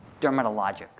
dermatologic